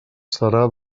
serà